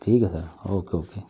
ठीक है sir okay okay